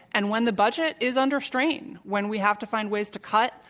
and when the budget is under strain, when we have to find ways to cut,